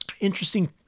Interesting